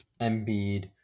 Embiid